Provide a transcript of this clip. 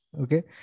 Okay